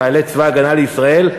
מחיילי צבא הגנה לישראל,